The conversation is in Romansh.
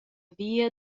via